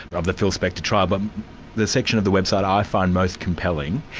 of the phil spector trial. but the section of the website i find most compelling,